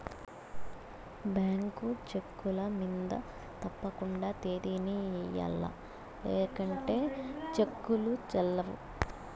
bank చెక్కుల మింద తప్పకండా తేదీని ఎయ్యల్ల లేకుంటే సెక్కులు సెల్లవ్